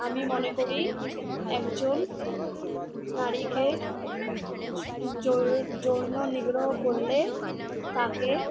আমি মনে করি একজন নারীকে যৌ যৌন নিগ্রহ করলে তাকে